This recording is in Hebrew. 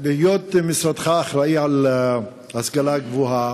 בהיות משרדך אחראי להשכלה הגבוהה,